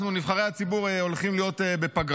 אנחנו, נבחרי הציבור, הולכים להיות בפגרה.